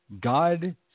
God